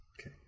Okay